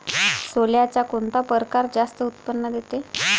सोल्याचा कोनता परकार जास्त उत्पन्न देते?